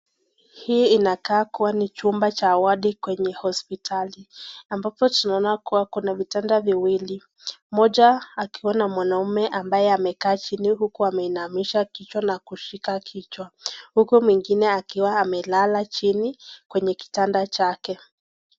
Hii inakaa kuwa ni chumba cha awadi kwenye hospitali. Ambapo tunaona kuwa kuna vitanda viwili. Moja akiwa na mwanaume ambaye amekaa chini huku ameinamisha kichwa na kushika kichwa. Huku mwingine akiwa amelala chini kwenye kitanda chake.